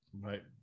Right